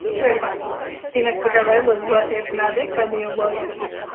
three out of five stars. the next book i read was what if? magik by leah williams.